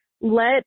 let